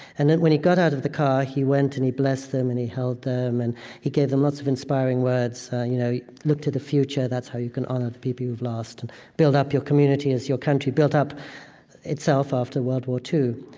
and and when he got out of the car, he went and blessed them, and he held them, and he gave them lots of inspiring words you know look to the future, that's how you can honor the people you've lost. and build up your community as your country built up itself after world war ii.